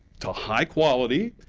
to high quality,